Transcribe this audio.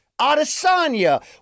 Adesanya